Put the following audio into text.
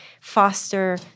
foster